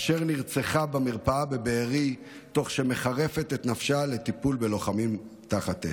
אשר נרצחה במרפאה בבארי תוך שהיא מחרפת את נפשה בטיפול בלוחמים תחת אש.